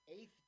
Eighth